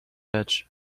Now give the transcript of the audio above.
edge